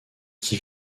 qui